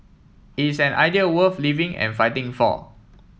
it's an idea worth living and fighting for